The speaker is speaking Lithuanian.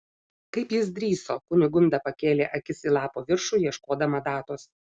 kaip jis drįso kunigunda pakėlė akis į lapo viršų ieškodama datos